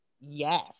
yes